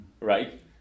right